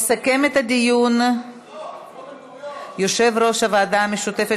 יסכם את הדיון יושב-ראש הוועדה המשותפת